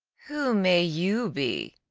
who may you be,